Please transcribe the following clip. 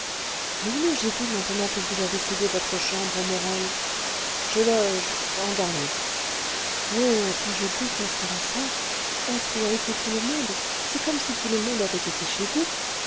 et où logez vous maintenant que vous avez cédé votre chambre aux morel je loge en garni oh que je détesterais ça être où a été tout le monde c'est comme si tout le monde avait été chez vous